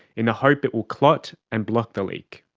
in the hope it will clot and block the leak.